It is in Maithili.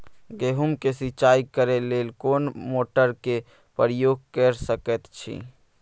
गेहूं के सिंचाई करे लेल कोन मोटर के प्रयोग कैर सकेत छी?